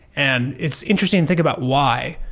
and it's interesting to think about why.